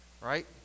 right